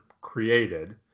created